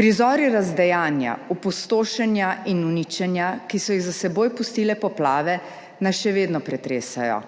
Prizori razdejanja, opustošenja in uničenja, ki so jih za seboj pustile poplave, nas še vedno pretresajo.